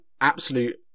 absolute